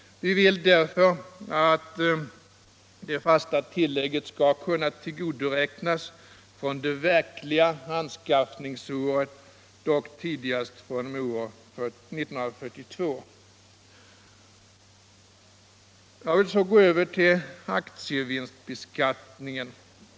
Vi vill därför att det fasta tillägget skall kunna tillgodoräknas från det verkliga anskaffningsåret, dock tidigast fr.o.m. år 1942. Jag vill så gå över till aktievinstbeskattningen.